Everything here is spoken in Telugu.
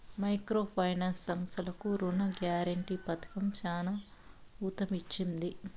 మైక్రో ఫైనాన్స్ సంస్థలకు రుణ గ్యారంటీ పథకం చానా ఊతమిచ్చింది